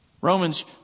Romans